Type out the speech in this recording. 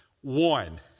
One